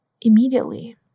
immediately